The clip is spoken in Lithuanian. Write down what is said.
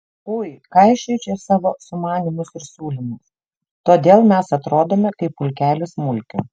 ui kaišioji čia savo sumanymus ir siūlymus todėl mes atrodome kaip pulkelis mulkių